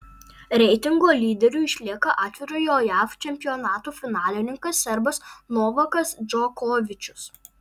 reitingo lyderiu išlieka atvirojo jav čempionato finalininkas serbas novakas džokovičius